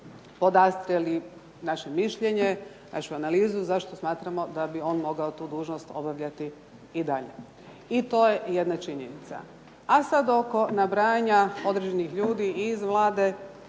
podastrijeli naše mišljenje, našu analizu zašto smatramo da bi on mogao tu dužnost obavljati i dalje. I to je jedna činjenica a sada oko nabrajanja određenih ljudi iz Vlade,